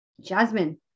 Jasmine